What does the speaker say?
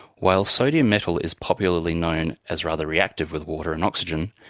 while sodium metal is popularly known as rather reactive with water and oxygen,